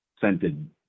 scented